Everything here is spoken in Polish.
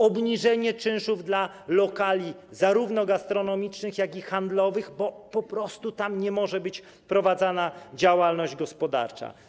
Obniżenie czynszów dla lokali zarówno gastronomicznych, jak i handlowych, bo tam po prostu nie może być prowadzona działalność gospodarcza.